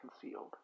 concealed